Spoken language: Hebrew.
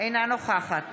אינה נוכחת